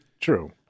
True